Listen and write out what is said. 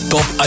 Top